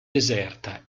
deserta